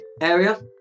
area